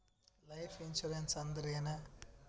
Life insurance ಅಂದ್ರ ಏನ?